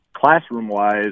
classroom-wise